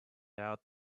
out